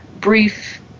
brief